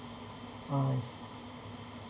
I see